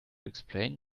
explain